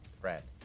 threat